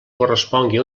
correspongui